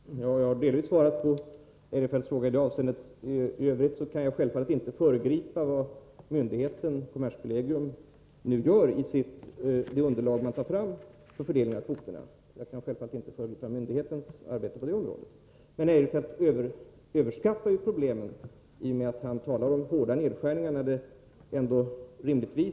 Herr talman! Jag har delvis svarat på Eirefelts fråga i det avseendet. I Övrigt kan jag självfallet inte föregripa vad myndigheten, kommerskollegium, nu gör i sitt arbete på att ta fram ett underlag för fördelning av kvoterna. Jag kan självfallet inte föregripa myndighetens arbete på det här området. Christer Eirefelt överskattar problemen när han talar om hårda nedskärningar.